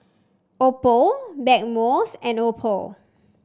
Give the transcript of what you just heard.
Oppo Blackmores and Oppo